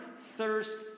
thirst